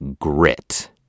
grit